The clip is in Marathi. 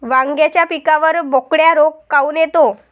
वांग्याच्या पिकावर बोकड्या रोग काऊन येतो?